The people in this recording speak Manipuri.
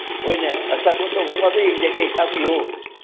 ꯍꯣꯏꯅꯦ ꯆꯥꯀꯣꯟ ꯇꯧꯐꯝꯀꯗꯣ ꯌꯦꯡꯖꯒꯦ ꯇꯥꯛꯄꯤꯌꯨ